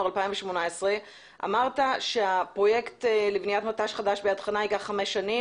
2018 אמרת שהפרויקט לבניית מט"ש חדש ביד חנה ייקח חמש שנים,